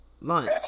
Lunch